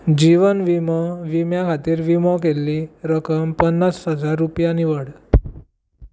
जिवन विमो विम्या खातीर विमो केल्ली रकम पन्नास हजार रुपया निवड